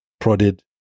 prodded